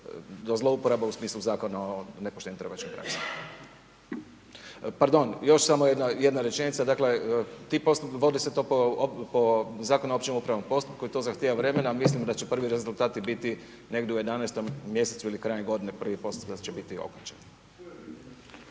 do zlouporabe u smislu zakona o nepoštivanju trgovačkih praksa. Još samo jedna rečenica, dakle vode se po Zakonu o općem upravnom postupku, i to zahtjeva vremena, mislim da će prvi rezultati biti negdje u 11. mjesecu ili krajem godine, prvi postupak da će biti okončan.